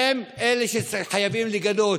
אותם חייבים לגנות,